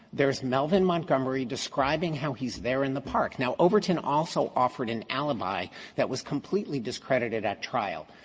there's melvin montgomery describing how he's there in the park. now, overton also offered an alibi that was completely discredited at trial.